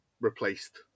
replaced